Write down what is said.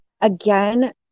again